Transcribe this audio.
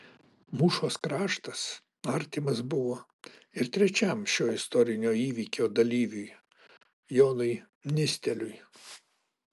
mūšos kraštas artimas buvo ir trečiam šio istorinio įvykio dalyviui jonui nisteliui